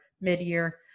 mid-year